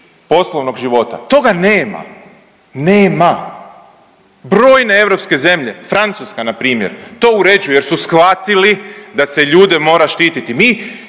poslovnog života. Toga nema. Nema. Brojne europske zemlje, Francuska npr. to uređuje jer su shvatili da se ljude mora štititi.